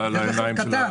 קטן.